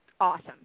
Awesome